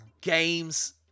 games